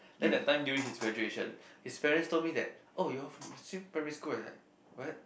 then that time during his graduation his parents told me that oh you all same primary school as like what